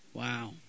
Wow